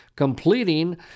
completing